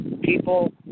People